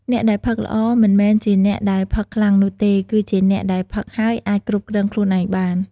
អ្នកដែលផឹកល្អ មិនមែនជាអ្នកដែលផឹកខ្លាំងនោះទេ គឺជាអ្នកដែលផឹកហើយអាចគ្រប់គ្រងខ្លួនឯងបាន។